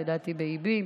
לדעתי באיבים.